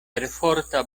perforta